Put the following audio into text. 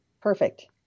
perfect